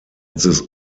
this